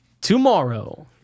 tomorrow